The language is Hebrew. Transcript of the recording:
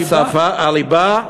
הליבה?